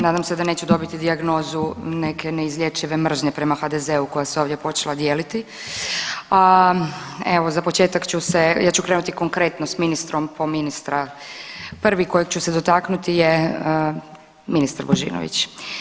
Nadam se da neću dobiti dijagnozu neke neizlječive mržnje prema HDZ-u koja se ovdje počela dijeliti, a evo za početak ću se, ja ću krenuti konkretno s ministrom, po ministra, prvi kojeg ću se dotaknuti je ministar Božinović.